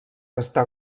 està